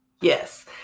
Yes